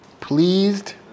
Pleased